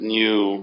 new